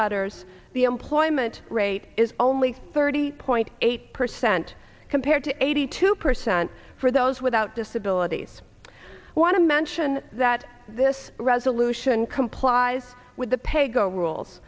letters the employment rate is only thirty point eight percent compared to eighty two percent for those without disabilities want to mention that this resolution complies with the pay go rules